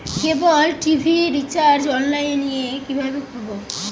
কেবল TV recharge online এ কিভাবে করব?